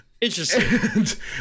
Interesting